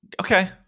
Okay